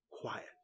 quiet